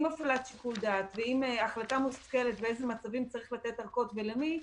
עם הפעלת שיקול דעת ועם החלטה מושכלת באיזה מצבים צריך לתת אורכות ולמי,